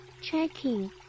Checking